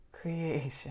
creation